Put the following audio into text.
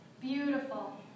Beautiful